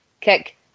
kick